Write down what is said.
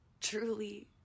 truly